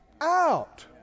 out